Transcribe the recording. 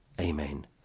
amen